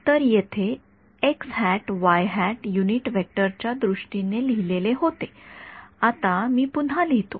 तर येथे हे युनिट वेक्टर च्या दृष्टीने लिहिलेले होते आता मी पुन्हा लिहितो